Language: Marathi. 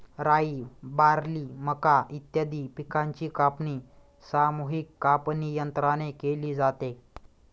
राई, बार्ली, मका इत्यादी पिकांची कापणी सामूहिक कापणीयंत्राने केली जाते